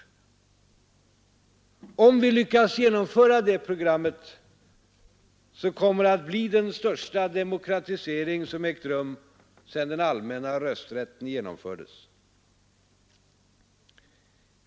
Om vi lyckas genomföra detta program, kommer det att bli den största demokratisering som ägt rum sedan den allmänna rösträtten genomfördes.